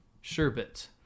sherbet